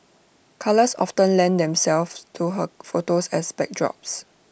colours often lend themselves to her photos as backdrops